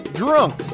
drunk